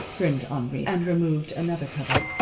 grinned henri, and removed another cover.